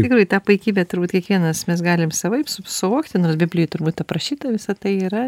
tikrai tą puikybę turbūt kiekvienas mes galime savaip suvokti nors biblijoj turbūt aprašyta visa tai yra